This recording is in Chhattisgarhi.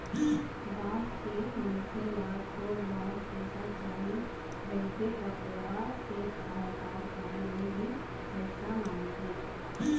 गाँव के मनखे ल थोक बहुत पइसा चाही रहिथे त ओहा सेठ, साहूकार करा ले ही पइसा मांगही